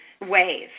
ways